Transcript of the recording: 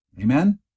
Amen